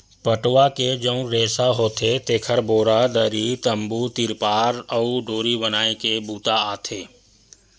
पटवा के जउन रेसा होथे तेखर बोरा, दरी, तम्बू, तिरपार अउ डोरी बनाए के बूता आथे